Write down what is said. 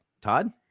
Todd